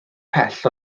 pell